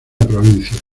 provincia